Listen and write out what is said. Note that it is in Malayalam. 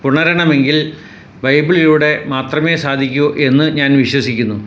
പുണരണമെങ്കിൽ ബൈബിളിലൂടെ മാത്രമെ സാധിക്കു എന്ന് ഞാൻ വിശ്വസിക്കുന്നു